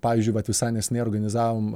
pavyzdžiui vat visai neseniai organizavom